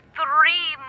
three